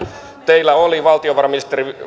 teillä oli valtiovarainministerin